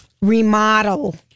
remodel